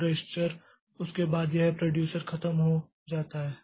और रजिस्टर उसके बाद यह प्रोड्यूसर खत्म हो जाता है